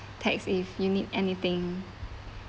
text if you need anything